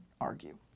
argue